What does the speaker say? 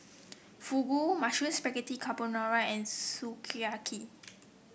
Fugu Mushroom Spaghetti Carbonara and Sukiyaki